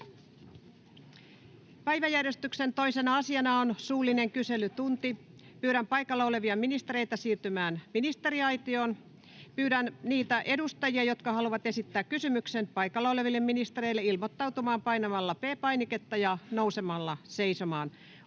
Päiväjärjestyksen 2. asiana on suullinen kyselytunti. Pyydän paikalla olevia ministereitä siirtymään ministeriaitioon. Pyydän niitä edustajia, jotka haluavat esittää kysymyksen paikalla oleville ministereille, ilmoittautumaan painamalla P-painiketta ja nousemalla seisomaan.